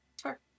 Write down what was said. Sure